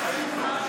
בחיים לא.